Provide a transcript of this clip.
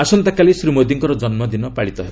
ଆସନ୍ତାକାଲି ଶ୍ରୀ ମୋଦିଙ୍କର ଜନ୍ମଦିନ ପାଳିତ ହେବ